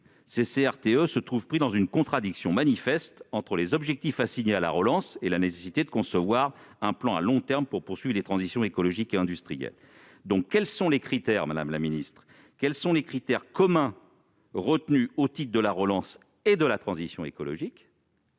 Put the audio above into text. les CRTE se trouvent pris dans une contradiction manifeste entre les objectifs assignés à la relance et la nécessité de concevoir un plan à long terme pour poursuivre les transitions écologiques et industrielles. Madame la ministre, quels sont les critères communs retenus au titre de la relance et de la transition écologique ?